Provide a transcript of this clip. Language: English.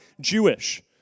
Jewish